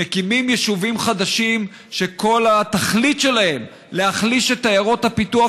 מקימים יישובים חדשים שכל התכלית שלהם היא להחליש את עיירות הפיתוח.